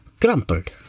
crumpled